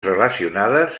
relacionades